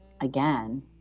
again